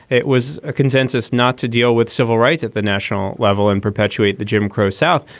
it was a consensus not to deal with civil rights at the national level and perpetuate the jim crow south,